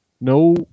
no